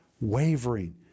wavering